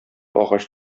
агач